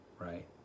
right